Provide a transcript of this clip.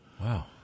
Wow